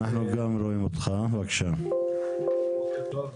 בוקר טוב,